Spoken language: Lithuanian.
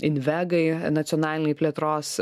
invegai nacionalinei plėtros